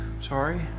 sorry